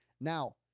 Now